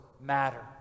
matter